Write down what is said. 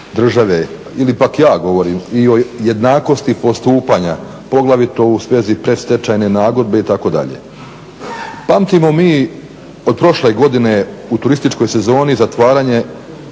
države ili pak ja govorim i o jednakosti postupanja poglavito u svezi predstečajne nagodbe itd. Pamtimo mi od prošle godine u turističkoj sezoni zatvaranje